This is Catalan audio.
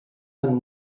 tant